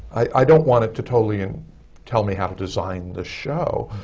i don't want it to totally and tell me how to design the show,